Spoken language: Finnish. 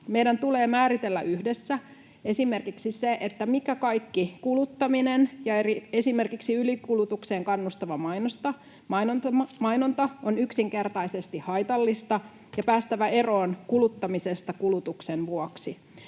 Meidän tulee määritellä yhdessä esimerkiksi se, mikä kaikki kuluttaminen ja esimerkiksi ylikulutukseen kannustava mainonta on yksinkertaisesti haitallista, ja on päästävä eroon kuluttamisesta kulutuksen vuoksi.